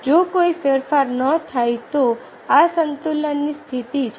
જો કોઈ ફેરફાર ન થાય તો આ સંતુલનની સ્થિતિ છે